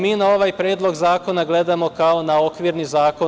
Mi na ovaj predlog zakona gledamo kao na okvirni zakon.